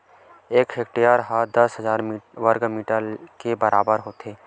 एक हेक्टेअर हा दस हजार वर्ग मीटर के बराबर होथे